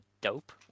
dope